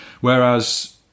whereas